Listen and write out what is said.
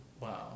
wow